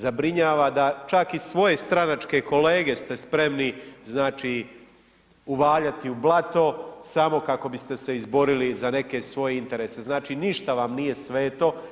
Zabrinjava da čak i svoje stranačke kolege ste spremni uvaljati u blato, samo kako biste se izborili za neke svoje interese, znači ništa vam nije sveto.